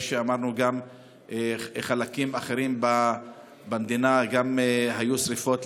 וגם בחלקים אחרים במדינה היו שרפות,